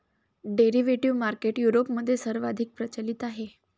derivative market युरोपमध्ये सर्वाधिक प्रचलित आहे